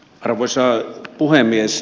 arvoisa puhemies